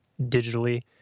digitally